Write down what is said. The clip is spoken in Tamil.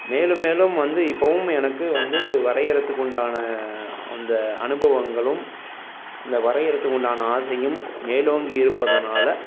மேலும் மேலும் வந்து இப்போவும் எனக்கு வந்து வரையறத்துக்கு உண்டான அந்த அனுபவங்களும் இந்த வரையறத்துக்கு உண்டான ஆசையும் மேலோங்கி இருப்பதனால்